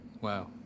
Wow